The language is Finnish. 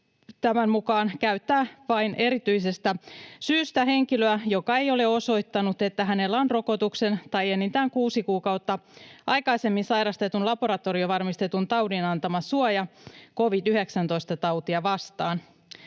tämän mukaan käyttää vain erityisestä syystä henkilöä, joka ei ole osoittanut, että hänellä on rokotuksen tai enintään kuusi kuukautta aikaisemmin sairastetun, laboratoriovarmistetun taudin antama suoja covid-19-tautia vastaan.